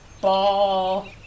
ball